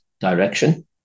direction